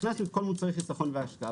הכנסנו את כל מוצרי חיסכון והשקעה.